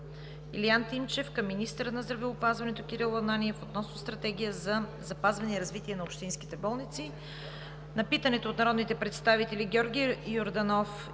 Илиян Тимчев към министъра на здравеопазването Кирил Ананиев относно стратегия за запазване и развитие на общинските болници. На питането на народните представители Георги Йорданов и Илиян Тимчев